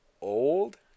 old